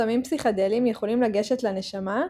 סמים פסיכדליים יכולים לגשת לנשמה,